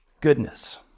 goodness